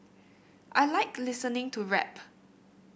I like listening to rap